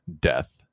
death